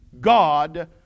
God